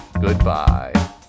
Goodbye